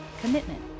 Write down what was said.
commitment